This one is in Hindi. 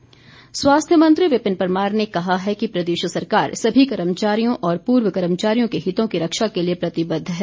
परमार स्वास्थ्य मंत्री विपिन परमार ने कहा है कि प्रदेश सरकार सभी कर्मचारियों और पूर्व कर्मचारियों के हितों की रक्षा के लिए प्रतिबद्ध है